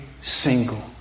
single